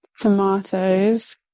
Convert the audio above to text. Tomatoes